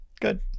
good